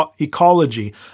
ecology